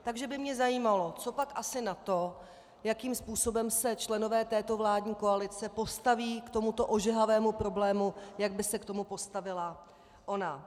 Takže by mě zajímalo, copak asi na to, jakým způsobem se členové této vládní koalice postaví k tomuto ožehavému problému, jak by se k tomu postavila ona.